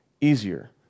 easier